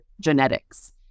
genetics